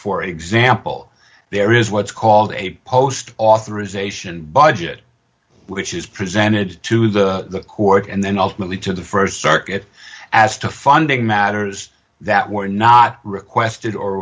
for example there is what's called a post authorization budget which is presented to the court and then ultimately to the st circuit as to funding matters that were not requested or